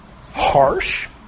Harsh